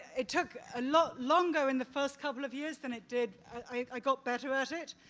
it took a lot longer in the first couple of years than it did, i got better at it.